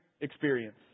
experience